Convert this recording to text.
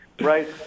right